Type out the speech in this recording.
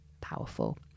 powerful